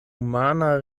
rumana